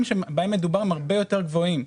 שבהם מדובר הם הרבה יותר גבוהים.